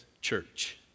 church